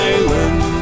Island